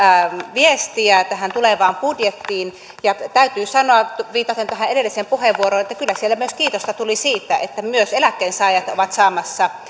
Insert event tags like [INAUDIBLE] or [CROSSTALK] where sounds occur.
viestiä tähän tulevaan budjettiin ja täytyy sanoa viitaten tähän edelliseen puheenvuoroon että kyllä siellä myös kiitosta tuli siitä että myös eläkkeensaajat ovat saamassa [UNINTELLIGIBLE]